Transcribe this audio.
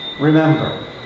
remember